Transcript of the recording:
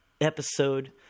episode